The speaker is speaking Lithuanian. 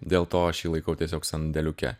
dėl to aš jį laikau tiesiog sandėliuke